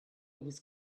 was